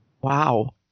Wow